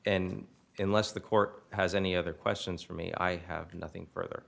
and unless the court has any other questions for me i have nothing further